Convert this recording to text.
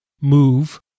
move